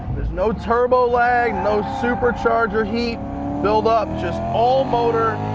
there's no turbo lag, no supercharger heat buildup, just all-motor,